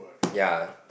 ya